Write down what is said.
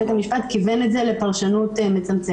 בית המשפט כיוון את זה לפרשנות מצמצמת.